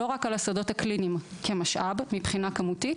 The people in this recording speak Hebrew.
לא רק על השדות הקליניים כמשאב מבחינה כמותית,